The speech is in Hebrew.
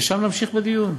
ושם נמשיך בדיון.